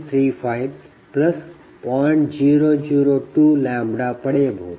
002 λಪಡೆಯಬಹುದು